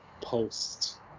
post